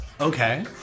okay